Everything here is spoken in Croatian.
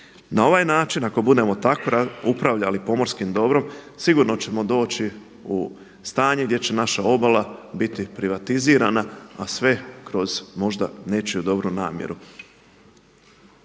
Na ovaj način ako budemo tako upravljali pomorskim dobrom sigurno ćemo doći u stanje gdje će naša obala biti privatizirana a sve kroz možda nečiju dobru namjeru.